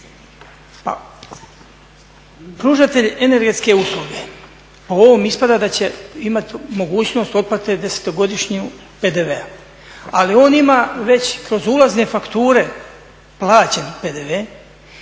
Pa pružatelj energetske usluge, po ovom ispada da će imati mogućnost otplate desetogodišnjeg PDV-a, ali on ima već kroz ulazne fakture plaćen PDV